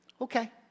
Okay